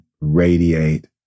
radiate